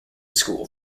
school